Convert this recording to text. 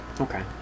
okay